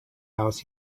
house